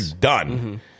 done